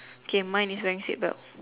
okay mine is wearing seat belt